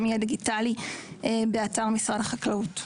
גם יהיה דיגיטלי באתר משרד החקלאות.